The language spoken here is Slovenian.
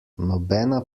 nobena